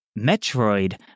Metroid